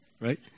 right